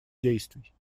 действий